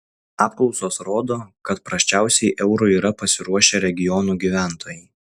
apklausos rodo kad prasčiausiai eurui yra pasiruošę regionų gyventojai